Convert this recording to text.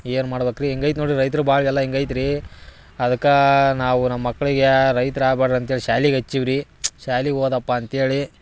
ಏನು ಮಾಡ್ಬೇಕು ರೀ ಹೆಂಗೈತಿ ನೋಡಿರಿ ರೈತ್ರು ಬಾಳ್ಗೆ ಎಲ್ಲ ಹೆಂಗೈತೆ ರೀ ಅದಕ್ಕೆ ನಾವು ನಮ್ಮ ಮಕ್ಳಿಗೆ ರೈತ್ರು ಆಗ್ಬ್ಯಾಡ್ರಿ ಅಂಥೇಳಿ ಶಾಲೆಗೆ ಹಚ್ಚೀವಿ ರೀ ಶಾಲೆ ಓದಪ್ಪ ಅಂಥೇಳಿ